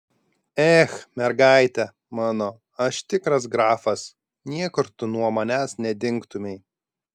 ech mergaite mano aš tikras grafas niekur tu nuo manęs nedingtumei